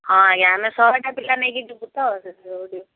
ହଁ ଆଜ୍ଞା ଆମ ଶହେଟା ପିଲା ନେଇକି ଯିବୁ ତ ସେଥିପାଇଁ ଯିବୁ